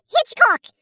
Hitchcock